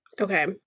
Okay